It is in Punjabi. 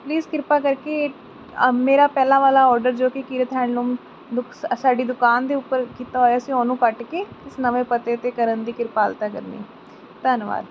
ਪਲੀਜ਼ ਕਿਰਪਾ ਕਰਕੇ ਮੇਰਾ ਪਹਿਲਾਂ ਵਾਲਾ ਆਰਡਰ ਜੋ ਕਿ ਕੀਰਤ ਹੈਡਲੂਮ ਲੁਕਸ ਅ ਸਾਡੀ ਦੁਕਾਨ ਦੇ ਉੱਪਰ ਕੀਤਾ ਹੋਇਆ ਸੀ ਉਹਨੂੰ ਕੱਟ ਕੇ ਇਸ ਨਵੇਂ ਪਤੇ 'ਤੇ ਕਰਨ ਦੀ ਕਿਰਪਾਲਤਾ ਕਰਨੀ ਧੰਨਵਾਦ